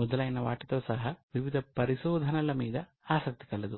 మొదలైన వాటితో సహా వివిధ పరిశోధనల మీద ఆసక్తి కలదు